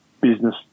business